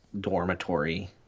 dormitory